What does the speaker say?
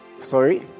Sorry